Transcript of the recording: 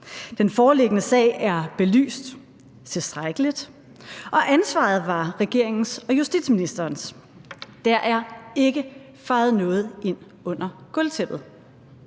»Den foreliggende sag er belyst tilstrækkeligt, og ansvaret var regeringens og justitsministerens. Der er ikke fejet noget ind under gulvtæppet.«